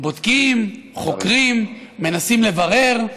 בודקים, חוקרים, מנסים לברר.